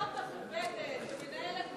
אומר לך יושב-ראש ועדת הכספים, אישיות מכובדת.